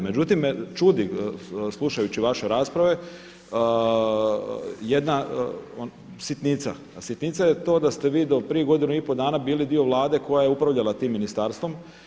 Međutim čudi me slušajući vaše rasprave, jedna sitnica, a sitnica je to da ste vi do prije godinu i pol dana bili dio vlade koja je upravljala tim ministarstvom.